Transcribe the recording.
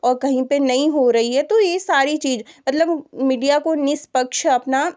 और कहीं पर नहीं हो रही है तो यह सारी चीज़ मतलब मीडिया को निस्पक्ष अपना